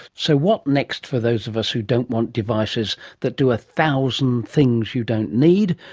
so what next for those of us who don't want devices that do a thousand things you don't need,